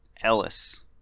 Ellis